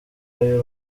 ayo